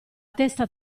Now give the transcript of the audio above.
testa